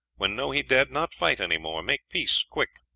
when know he dead, not fight any more make peace quick.